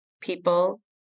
people